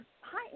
Hi